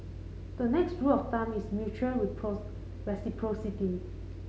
the next rule of thumb is mutual reciprocity